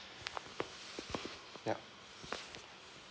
yup